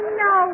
no